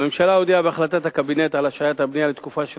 הממשלה הודיעה בהחלטת הקבינט על השהיית הבנייה לתקופה של